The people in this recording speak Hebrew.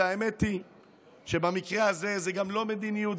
האמת היא שבמקרה הזה זו גם לא מדיניות,